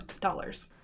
dollars